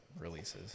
releases